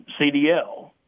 CDL